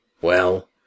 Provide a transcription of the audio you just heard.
Well